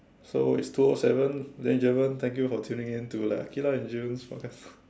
so it's two O seven ladies and gentlemen thank you for tuning in to the Aqilah and June's podcast